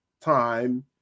time